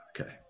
Okay